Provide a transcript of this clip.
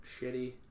shitty